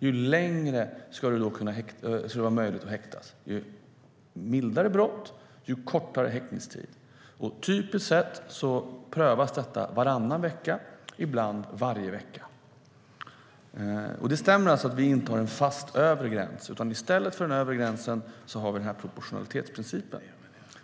desto längre ska det vara möjligt att hålla dig häktad. Ju mildare brott, desto kortare häktningstid. Typiskt sett prövas detta varannan vecka, och ibland varje vecka. Det stämmer att vi inte har en fast övre gräns. I stället för den övre gränsen har vi proportionalitetsprincipen.